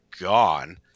gone